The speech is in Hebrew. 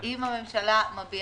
אם היא מביעה